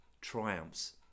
triumphs